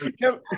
Kevin